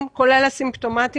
sept 2020.) כדבר ראשון בסוגיה הזאת,